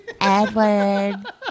Edward